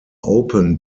open